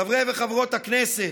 חברות וחברי הכנסת,